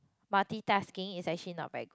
multitasking is actually not very good